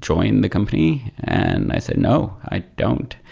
join the company? and i said, no. i don't.